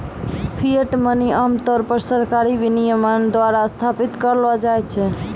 fiat money आम तौर पर सरकारी विनियमन द्वारा स्थापित करलो जाय छै